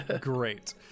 Great